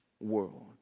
world